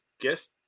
guess